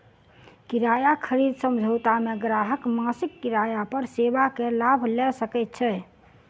किराया खरीद समझौता मे ग्राहक मासिक किराया पर सेवा के लाभ लय सकैत छै